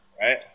right